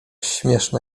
śmieszna